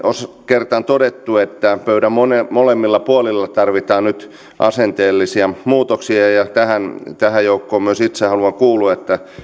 kertaan todettu että pöydän molemmilla puolilla tarvitaan nyt asenteellisia muutoksia ja ja tähän tähän joukkoon myös itse haluan kuulua niin että